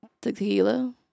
tequila